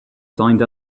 signed